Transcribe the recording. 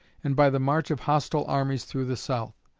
and by the march of hostile armies through the south.